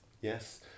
Yes